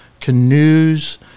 Canoes